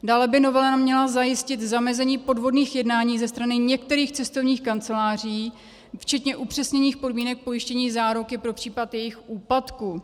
Dále by novela měla zajistit zamezení podvodným jednáním ze strany některých cestovních kanceláří včetně upřesněných podmínek pojištění záruky pro případ jejich úpadku.